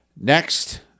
Next